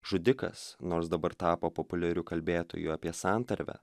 žudikas nors dabar tapo populiariu kalbėtoju apie santarvę